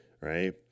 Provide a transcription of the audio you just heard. right